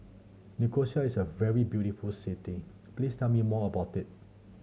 Nicosia is a very beautiful city please tell me more about it